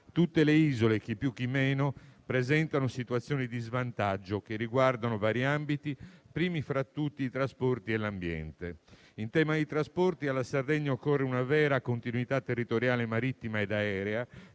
Tutte le isole, chi più chi meno, presentano situazioni di svantaggio che riguardano vari ambiti, primi fra tutti i trasporti e l'ambiente. In tema di trasporti, alla Sardegna occorre una vera continuità territoriale marittima ed aerea,